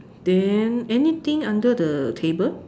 then anything under the table